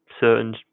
certain